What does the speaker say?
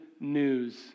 news